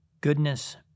goodness